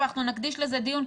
אבל אנחנו נקדיש לזה דיון,